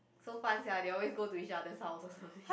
so fun sia they always go to each other's house or something